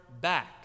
back